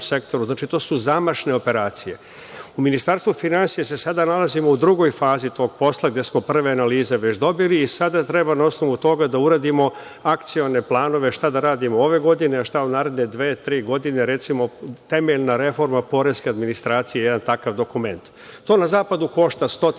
sektoru, znači, to su zamašne operacije.U Ministarstvu finansija se sada nalazimo u drugoj fazi tog posla, gde smo prve analize već dobili i sada treba na osnovu toga da uradimo akcione planove šta da radimo ove godine, a šta u naredne dve, tri godine, recimo, temeljna reforma poreske administracije, jedan takav dokument. To na zapadu košta